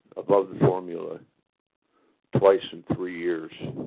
above the formula twice in three years.